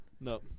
No